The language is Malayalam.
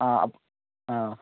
ആ ആ